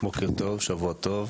בוקר טוב, שבוע טוב.